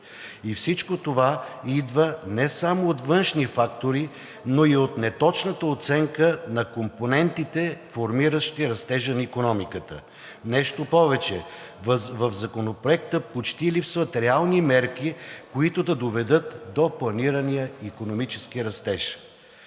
И всичко това идва не само от външни фактори, но и от неточната оценка на компонентите, формиращи растежа на икономиката. Нещо повече, в Законопроекта почти лисват реални мерки, които да доведат до планирания икономически растеж.